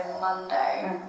Monday